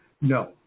No